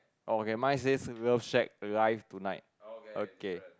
oh okay mine says love shack live today